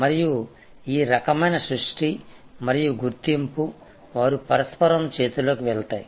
మరియు ఈ రకమైన దృష్టి మరియు గుర్తింపు వారు పరస్పరం చేతిలోకి వెళ్తాయి